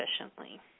efficiently